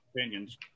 opinions